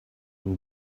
will